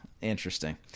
interesting